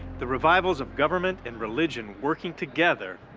the revivals of government and religion working together,